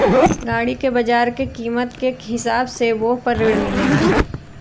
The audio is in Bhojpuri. गाड़ी के बाजार के कीमत के हिसाब से वोह पर ऋण मिलेला